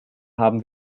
haben